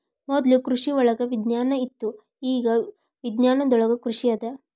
ಮೊದ್ಲು ಕೃಷಿವಳಗ ವಿಜ್ಞಾನ ಇತ್ತು ಇಗಾ ವಿಜ್ಞಾನದೊಳಗ ಕೃಷಿ ಅದ